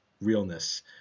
Realness